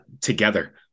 together